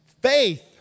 Faith